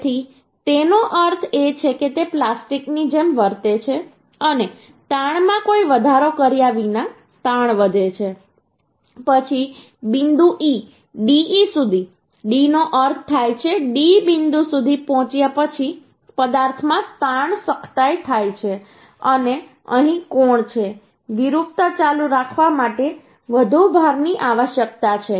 તેથી તેનો અર્થ એ છે કે તે પ્લાસ્ટિકની જેમ વર્તે છે અને તાણમાં કોઈ વધારો કર્યા વિના તાણ વધે છે પછી બિંદુ E DE સુધી D નો અર્થ થાય છે D બિંદુ સુધી પહોંચ્યા પછી પદાર્થમાં તાણ સખ્તાઇ થાય છે અને અહીં કોણ છે વિરૂપતા ચાલુ રાખવા માટે વધુ ભારની આવશ્યકતા છે